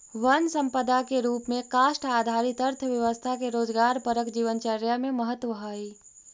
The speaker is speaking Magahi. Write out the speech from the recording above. वन सम्पदा के रूप में काष्ठ आधारित अर्थव्यवस्था के रोजगारपरक जीवनचर्या में महत्त्व हइ